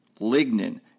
lignin